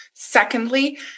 Secondly